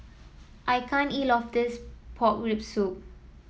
I can't eat all of this Pork Rib Soup